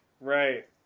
right